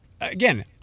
again